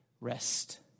Rest